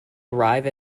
arrive